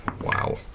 Wow